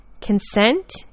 consent